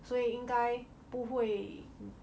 所以应该不会